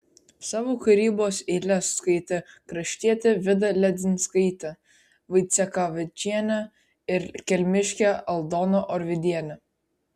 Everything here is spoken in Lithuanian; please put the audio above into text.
savo kūrybos eiles skaitė kraštietė vida ledzinskaitė vaicekavičienė ir kelmiškė aldona orvidienė